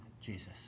Jesus